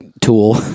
tool